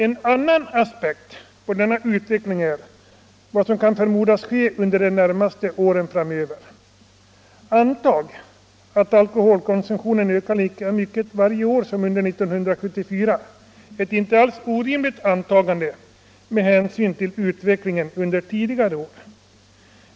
En annan aspekt på denna utveckling är vad som kan förmodas ske under de närmaste åren framöver. Antag att alkoholkonsumtionen ökar lika mycket varje år som under 1974 — ett inte alls orimligt antagande med hänsyn till utvecklingen under tidigare år.